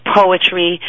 poetry